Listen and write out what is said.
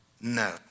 no